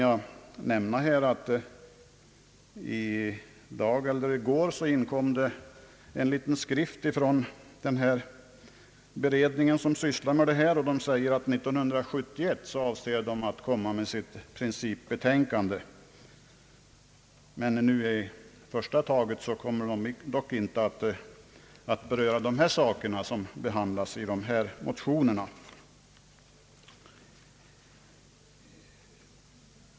Jag kan nämna att den beredning som sysslar med dessa spörsmål i går lämnade ett litet remissmeddelande till utskottet, där det sägs att beredningen avser att komma med sitt principbetänkande 1971. De saker som behandlas i motionerna kommer dock inte att beröras i första taget.